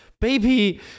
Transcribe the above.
baby